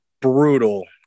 brutal